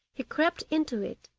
he crept into it,